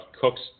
Cook's